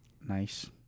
Nice